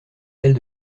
celle